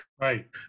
right